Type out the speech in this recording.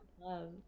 love